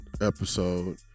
episode